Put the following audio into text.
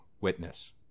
witness